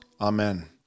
amen